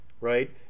right